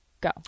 go